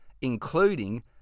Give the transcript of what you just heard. including